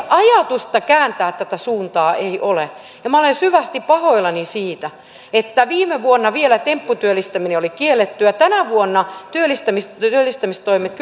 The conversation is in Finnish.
ajatusta kääntää tätä suuntaa ei ole ja minä olen syvästi pahoillani siitä että vielä viime vuonna tempputyöllistäminen oli kiellettyä tänä vuonna työllistämistoimet